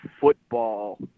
football